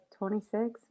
26